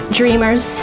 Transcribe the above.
dreamers